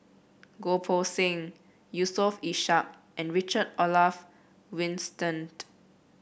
Goh Poh Seng Yusof Ishak and Richard Olaf Winstedt